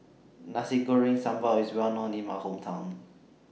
Nasi Goreng Sambal IS Well known in My Hometown